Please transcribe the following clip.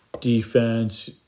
defense